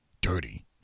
dirty